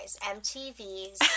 MTV's